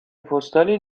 پستالی